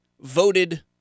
voted